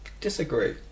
Disagree